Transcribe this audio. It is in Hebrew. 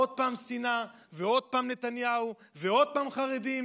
עוד פעם שנאה ועוד פעם נתניהו ועוד פעם חרדים?